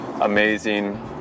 amazing